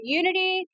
unity